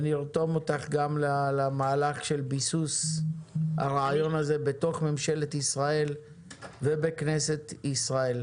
נרתום אותך גם למהלך של ביסוס הרעיון הזה בממשלת ישראל ובכנסת ישראל.